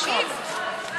מה קרה לךְ?